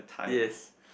yes